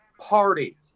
party